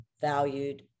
valued